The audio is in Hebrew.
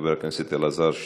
חבר הכנסת אלעזר שטרן,